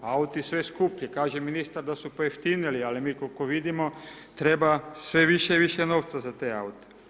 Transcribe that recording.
Auti sve skuplji, kaže ministar da su pojeftinili, ali mi koliko vidimo, treba sve više i više novca za te aute.